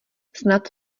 snad